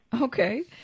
Okay